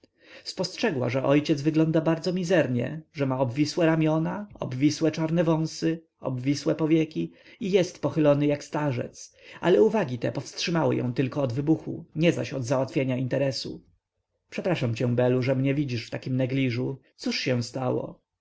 spostrzegła że ojciec wygląda bardzo mizernie że ma obwisłe ramiona obwisłe siwe wąsy obwisłe powieki i jest pochylony jak starzec ale uwagi te powstrzymały ją tylko od wybuchu nie zaś od załatwienia interesu przepraszam cię belu że mnie widzisz w takim negliżu cóż się stało